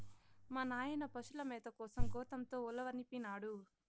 మా నాయన పశుల మేత కోసం గోతంతో ఉలవనిపినాడు